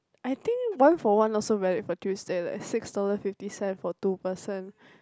I think one for one also valid for Tuesday leh six dollar fifty cent for two person